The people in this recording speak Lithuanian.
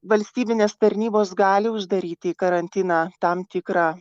valstybinės tarnybos gali uždaryti į karantiną tam tikrą